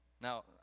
Now